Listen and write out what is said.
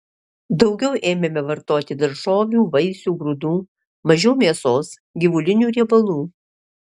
daugiau ėmėme vartoti daržovių vaisių grūdų mažiau mėsos gyvulinių riebalų